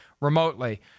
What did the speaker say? remotely